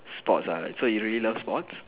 sports ah so you really love sports